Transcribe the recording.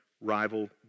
rival